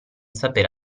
sapere